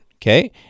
Okay